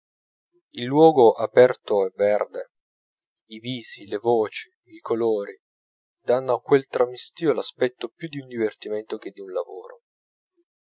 il luogo aperto e verde i visi le voci i colori danno a quel tramestìo l'aspetto più di un divertimento che di un lavoro